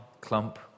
clump